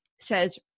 says